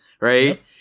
right